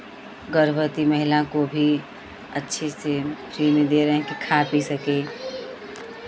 गर्भवती महिला को भी अच्छे से फ्री में दे रहे हैं कि खा पी सके